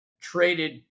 traded